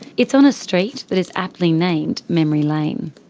it's on a street that is aptly named memory lane.